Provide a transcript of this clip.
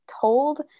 told